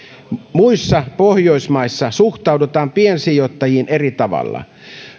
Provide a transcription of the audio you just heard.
muissa pohjoismaissa suhtaudutaan piensijoittajiin eri tavalla